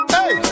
Hey